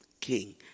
king